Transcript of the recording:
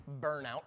burnout